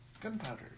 gunpowder